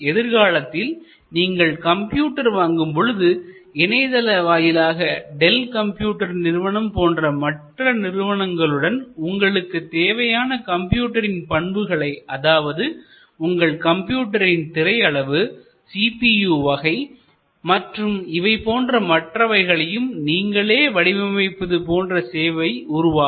எதிர்காலத்தில் நீங்கள் கம்ப்யூட்டர் வாங்கும் பொழுதுஇணையதள வாயிலாக டெல் கம்ப்யூட்டர் நிறுவனம் போன்ற மற்ற நிறுவனங்களுடன் உங்களுக்கு தேவையான கம்ப்யூட்டரின் பண்புகளை அதாவது உங்கள் கம்ப்யூட்டரின் திரை அளவுCPU வகை மற்றும் இவை போன்ற மற்றவைகளையும் நீங்களே வடிவமைப்பது போன்ற சேவை உருவாகும்